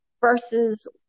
versus